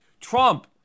Trump